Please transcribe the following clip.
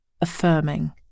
affirming